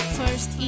first